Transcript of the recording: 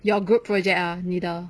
your group project ah 你的